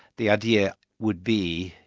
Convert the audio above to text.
the idea would be,